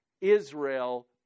Israel